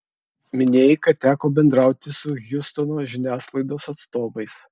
minėjai kad teko bendrauti su hjustono žiniasklaidos atstovais